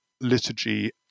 liturgy